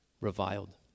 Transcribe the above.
reviled